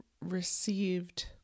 received